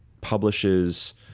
publishes